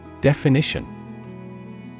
Definition